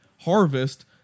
harvest